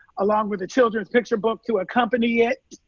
along with a children's picture book to accompany it.